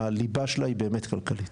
הליבה שלה היא באמת כלכלית.